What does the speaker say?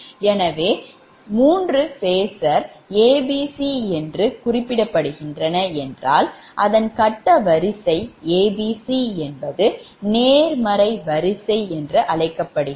எனவே 3 phasor 𝑎𝑏c என்று குறிப்பிடப்படுகின்றன என்றால் அதன் கட்ட வரிசை abc என்பது நேர்மறை வரிசை என்று அழைக்கப்படுகிறது